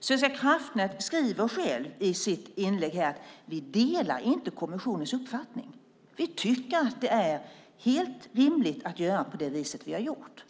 Svenska kraftnät skriver själva i sitt inlägg: Vi delar inte kommissionen uppfattning. Vi tycker att det är helt rimligt att göra på det viset som vi har gjort.